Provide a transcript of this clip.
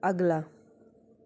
ਅਗਲਾ